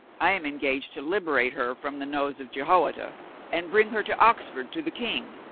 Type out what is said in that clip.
i am engaged to liberate her from the nose of jehoiada and bring her to oxford to the king.